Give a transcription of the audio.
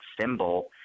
symbol